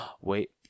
Wait